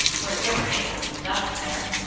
for it's over ankles in dust there.